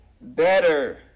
better